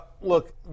Look